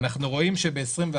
אנחנו רואים שב-2021,